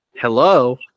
Hello